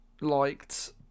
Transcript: liked